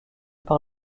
par